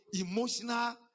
emotional